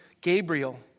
Gabriel